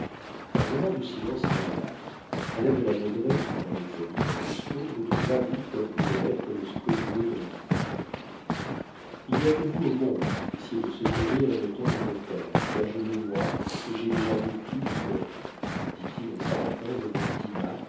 un moment de silence régna madame de la baudraye en examinant lousteau le trouva mis comme pouvait l'être le plus scrupuleux dandy il n'y a que vous au monde qui puissiez me secourir et me tendre une perche car je me noie et j'ai déjà bu plus d'une gorgée dit-il en s'arrêtant devant dinah